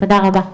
תודה רבה.